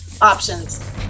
options